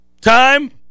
time